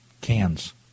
cans